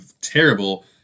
terrible